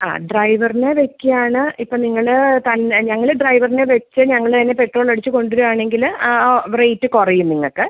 ആ ഡ്രൈവറിനെ വയ്ക്കുകയാണ് ഇപ്പം നിങ്ങൾ തന്നെ ഞങ്ങൾ ഡ്രൈവറിനെ വെച്ച് ഞങ്ങൾ തന്നെ പെട്രോൾ അടിച്ച് കൊണ്ടുവരുവാണെങ്കിൽ ആ റേറ്റ് കുറയും നിങ്ങൾക്ക്